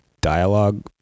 dialogue